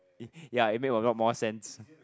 it ya it make a lot more sense